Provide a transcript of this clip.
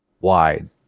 wide